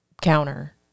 counter